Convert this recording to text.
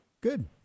good